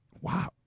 Wow